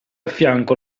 affianco